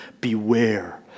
beware